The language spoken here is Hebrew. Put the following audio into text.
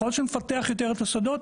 שנפתח יותר את השדות,